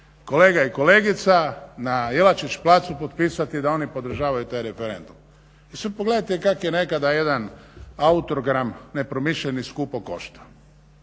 kolega i kolegica na Jelačić placu potpisati da oni podržavaju taj referendum. Sad pogledajte kako je nekada jedan autogram nepromišljeni skupo koštao.